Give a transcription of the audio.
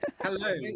Hello